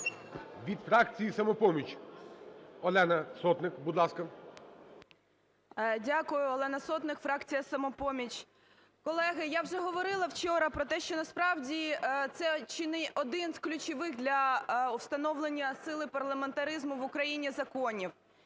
Від фракції "Самопоміч" Олена Сотник, будь ласка. 10:28:25 СОТНИК О.С. Дякую. Олена Сотник, фракція "Самопоміч". Колеги, я вже говорила вчора про те, що насправді це чи не один з ключових для встановлення сили парламентаризму в Україні законів.